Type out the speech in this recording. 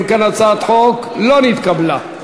אם כן, הצעת החוק לא נתקבלה.